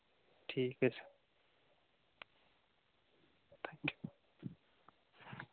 ठीक है